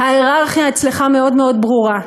ההייררכיה אצלך מאוד מאוד ברורה: